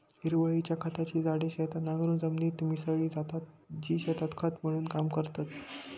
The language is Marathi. हिरवळीच्या खताची झाडे शेतात नांगरून जमिनीत मिसळली जातात, जी शेतात खत म्हणून काम करतात